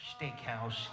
Steakhouse